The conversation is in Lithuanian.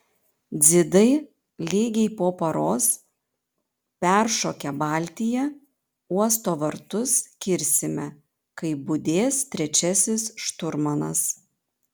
dzidai lygiai po paros peršokę baltiją uosto vartus kirsime kai budės trečiasis šturmanas